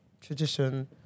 tradition